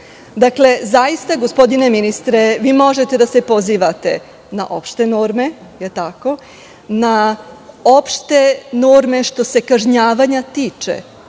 godina. Zaista, gospodine ministre, možete da se pozivate na opšte norme, na opšte norme što se kažnjavanja tiče